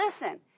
listen